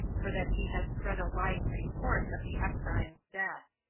for that he had spread a lying report of the exile's death.